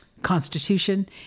Constitution